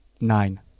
nine